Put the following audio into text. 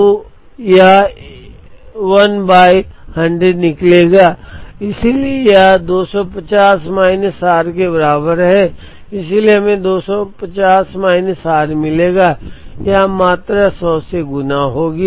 तो यह 1 बाय 100 निकलेगा इसलिए यह 250 माइनस आर के बराबर है इसलिए हमें 250 माइनस r मिलेगा यह मात्रा 100 से गुणा होगी